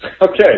Okay